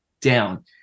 down